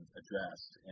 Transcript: addressed